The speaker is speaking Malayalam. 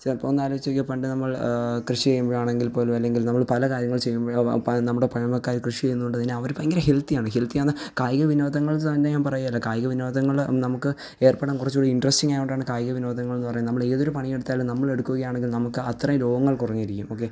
ചെ ഇപ്പോൾ ഒന്ന് ആലോചിച്ചു നോക്കിയാൽ പണ്ട് നമ്മൾ കൃഷി ചെയ്യുമ്പഴാണെങ്കില് പോലും അല്ലെങ്കില് നമ്മള് പല കാര്യങ്ങള് ചെയ്യുമ്പഴും പ നമ്മുടെ പഴമക്കാര് കൃഷി ചെയ്യുന്നത് കൊണ്ട് തന്നെ അവര് ഭയങ്കര ഹെല്ത്തി ഹെല്ത്തി ആണ് കായിക വിനോദങ്ങള് തന്നെ ഞാന് പറയുകയല്ല കായിക വിനോദങ്ങള് നമുക്ക് ഏര്പ്പെടാന് കുറച്ചും കൂടി ഇന്ററസ്റ്റിംഗ് ആയതുകൊണ്ടാണ് കായിക വിനോദങ്ങളെന്ന് പറയുന്നത് നമ്മൾ ഏതൊരു പണിയെടുത്താലും നമ്മളെടുക്കുകയാണെങ്കില് നമുക്ക് അത്രയും രോഗങ്ങള് കുറഞ്ഞിരിക്കും ഓക്കെ